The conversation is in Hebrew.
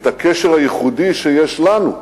את הקשר הייחודי שיש לנו.